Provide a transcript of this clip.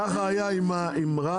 כך היה עם רע"מ,